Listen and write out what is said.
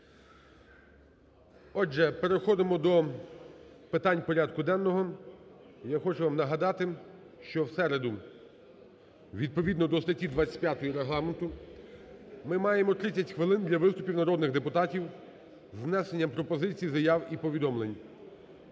Отже, переходимо до питань порядку денного. Я хочу вам нагадати, що в середу відповідно до статті 25 Регламенту ми маємо 30 хвилин для виступів народних депутатів з внесенням пропозицій, заяв і повідомлень.